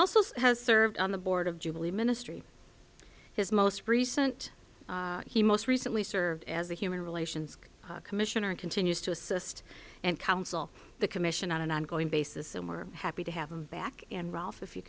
also has served on the board of jubilee ministry his most recent he most recently served as a human relations commission and continues to assist and counsel the commission on an ongoing basis and we're happy to have him back and ralph if you